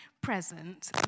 present